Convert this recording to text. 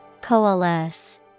Coalesce